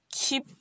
Keep